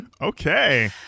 okay